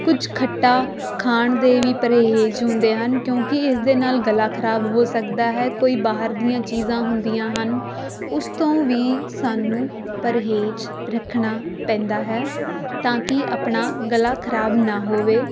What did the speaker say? ਕੁਝ ਖੱਟਾ ਖਾਣ ਦੇ ਵੀ ਪਰਹੇਜ਼ ਹੁੰਦੇ ਹਨ ਕਿਉਂਕਿ ਇਸ ਦੇ ਨਾਲ ਗਲਾ ਖਰਾਬ ਹੋ ਸਕਦਾ ਹੈ ਕੋਈ ਬਾਹਰ ਦੀਆਂ ਚੀਜ਼ਾਂ ਹੁੰਦੀਆਂ ਹਨ ਉਸ ਤੋਂ ਵੀ ਸਾਨੂੰ ਪਰਹੇਜ਼ ਰੱਖਣਾ ਪੈਂਦਾ ਹੈ ਤਾਂ ਕਿ ਆਪਣਾ ਗਲਾ ਖਰਾਬ ਨਾ ਹੋਵੇ